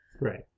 Right